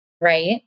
right